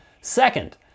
Second